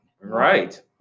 Right